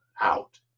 out